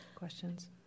questions